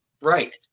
Right